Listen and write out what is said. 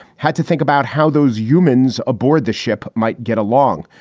had to think about how those humans aboard the ship might get along.